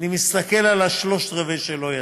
אני מסתכל על השלושה רבעים שלא יצאו,